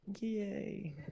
Yay